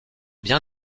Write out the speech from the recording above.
bien